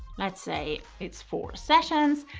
let's say it's four sessions,